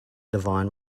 divine